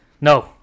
No